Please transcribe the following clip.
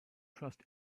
trust